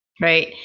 right